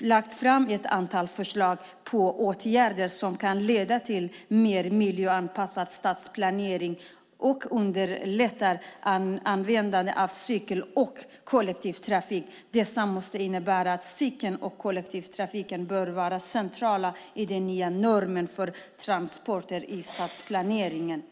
lagt fram ett antal förslag på åtgärder som kan leda till en mer miljöanpassad stadsplanering och underlätta användandet av cykel och kollektivtrafik. Dessa förslag innebär att cykeln och kollektivtrafiken bör vara centrala i den nya normen för transporter vid stadsplanering.